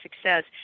success